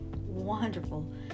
wonderful